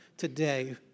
today